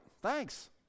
Thanks